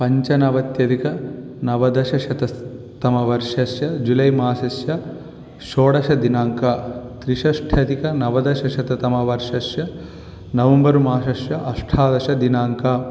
पञ्चनवत्यधिक नवदशशततमवर्षस्य जुलै मासस्य षोडशदिनाङ्क त्रिषष्ठ्यधिक नवदशशततमवर्षस्य नवम्बर् मासस्य अष्टादशदिनाङ्कः